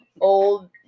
old